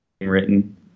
written